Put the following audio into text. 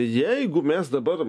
jeigu mes dabar